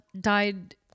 died